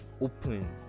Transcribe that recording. open